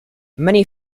mainly